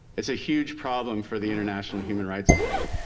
it's a huge problem for the international human rights world.